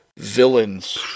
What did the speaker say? Villains